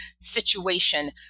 situation